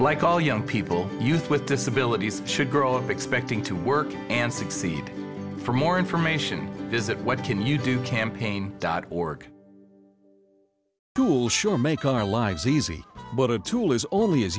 like all young people with disabilities should grow expecting to work and succeed for more information visit what can you do campaign dot org cool sure make our lives easy but a tool is only as